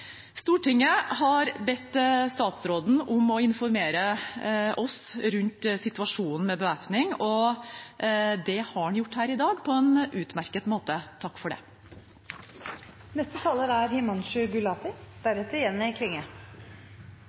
Stortinget har bedt statsråden om å informere oss rundt situasjonen med bevæpning, og det har han gjort her i dag på en utmerket måte. Takk for det. Jeg vil gjerne begynne med å takke justisministeren for redegjørelsen. Det er